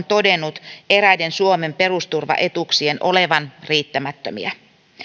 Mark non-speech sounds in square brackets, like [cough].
[unintelligible] todennut eräiden suomen perusturvaetuuksien olevan riittämättömiä